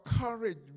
courage